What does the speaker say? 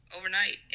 overnight